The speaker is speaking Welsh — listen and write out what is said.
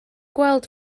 gweld